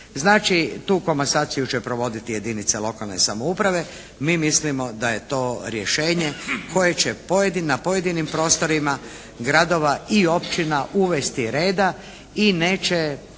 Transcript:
Znači, tu komasaciju će provoditi jedinice lokalne samouprave. Mi mislimo da je to rješenje koje će na pojedinim prostorima gradova i općina uvesti reda i neće